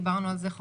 דיברנו על זה.